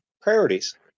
Priorities